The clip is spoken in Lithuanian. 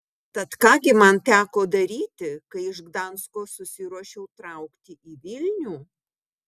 tad ką gi man teko daryti kai iš gdansko susiruošiau traukti į vilnių